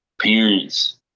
parents